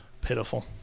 Pitiful